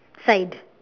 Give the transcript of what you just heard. side